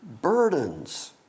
burdens